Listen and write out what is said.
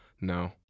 No